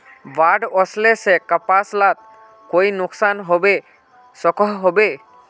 बाढ़ वस्ले से कपास लात कोई नुकसान होबे सकोहो होबे?